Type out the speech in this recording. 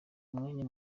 umwanya